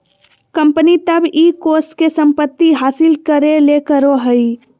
company तब इ कोष के संपत्ति हासिल करे ले करो हइ